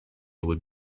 would